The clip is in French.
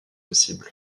possible